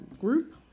Group